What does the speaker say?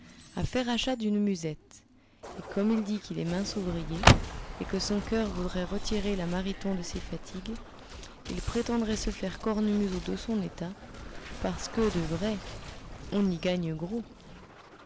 à faire achat d'une musette et comme il dit qu'il est mince ouvrier et que son coeur voudrait retirer la mariton de ses fatigues il prétendrait se faire cornemuseux de son état parce que de vrai on y gagne gros